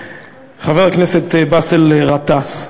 חבר הכנסת באסל גטאס,